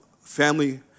family